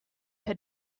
had